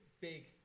big